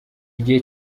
gihe